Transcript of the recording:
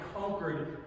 conquered